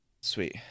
Sweet